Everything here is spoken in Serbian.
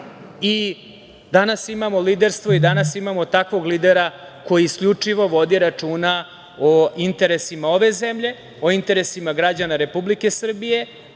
i danas imamo liderstvo i danas imamo takvog lidera koji isključivo vodi računa o interesima ove zemlje, o interesima građana Republike Srbije